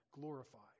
glorified